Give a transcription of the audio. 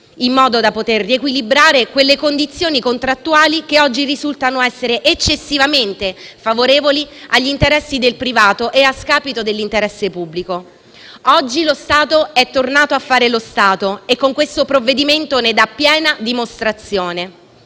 in modo da poter riequilibrare quelle condizioni contrattuali che oggi risultano essere eccessivamente favorevoli agli interessi del privato e a discapito dell’interesse pubblico. Oggi lo Stato è tornato a fare lo Stato e con questo provvedimento ne dà piena dimostrazione.